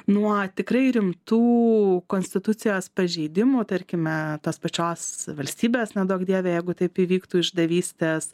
nuo tikrai rimtų konstitucijos pažeidimų tarkime tos pačios valstybės neduok dieve jeigu taip įvyktų išdavystės